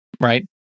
Right